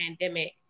pandemic